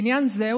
בעניין זה,